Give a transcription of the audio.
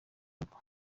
rugo